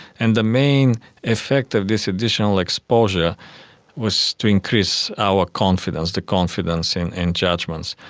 and the main effect of this additional exposure was to increase our confidence, the confidence in in judgements.